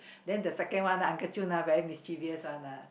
then the second one Uncle Chew ah very mischievous [one] ah